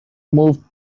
moved